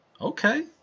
Okay